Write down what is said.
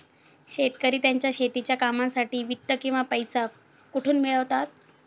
शेतकरी त्यांच्या शेतीच्या कामांसाठी वित्त किंवा पैसा कुठून मिळवतात?